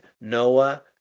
Noah